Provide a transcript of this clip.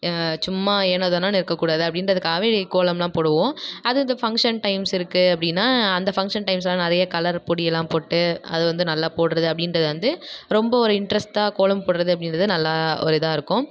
சும்மா ஏனோ தானோன்னு இருக்கக்கூடாது அப்படின்றதுக்காகவே கோலம்லாம் போடுவோம் அதுவும் இந்த ஃபங்ஷன் டைம்ஸ் இருக்கு அப்படின்னா அந்த ஃபங்ஷன் டைம்ஸ்லாம் நிறைய கலர்பொடியெல்லாம் போட்டு அது வந்து நல்லா போடுறது அப்படின்றது வந்து ரொம்ப ஒரு இன்ட்ரெஸ்ட்டாக கோலம் போடுறது அப்படின்றது நல்லா ஒரு இதாக இருக்கும்